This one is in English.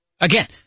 Again